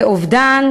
ואובדן.